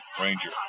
ranger